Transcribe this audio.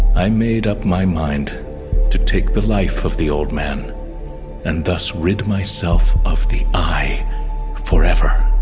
i made up my mind to take the life of the old man and thus rid myself of the eye forever.